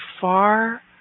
far